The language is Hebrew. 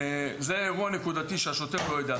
זהו אירוע נקודתי שהשוטר לא יודע.